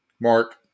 Mark